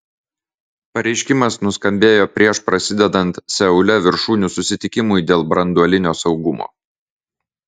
pareiškimas nuskambėjo prieš prasidedant seule viršūnių susitikimui dėl branduolinio saugumo